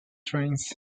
trains